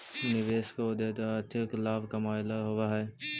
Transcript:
निवेश के उद्देश्य आर्थिक लाभ कमाएला होवऽ हई